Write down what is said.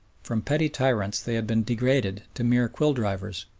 from petty tyrants they had been degraded to mere quill-drivers.